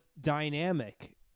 dynamic